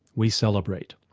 we celebrate.